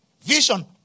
Vision